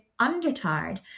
undertired